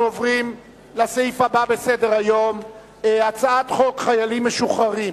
אנחנו עוברים לסעיף הבא בסדר-היום: הצעת חוק קליטת